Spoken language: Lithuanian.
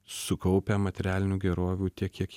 sukaupę materialinių gerovių tiek kiek